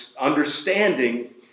understanding